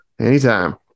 anytime